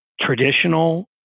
traditional